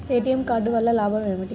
ATM card వల్ల లాభం ఏమిటి?